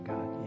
God